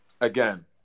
Again